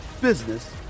business